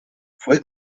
fue